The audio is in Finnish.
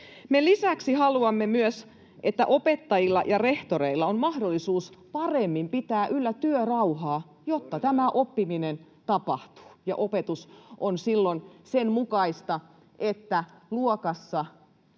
lisäksi haluamme myös, että opettajilla ja rehtoreilla on mahdollisuus paremmin pitää yllä työrauhaa, jotta oppiminen tapahtuu ja opetus on sen mukaista, että luokassa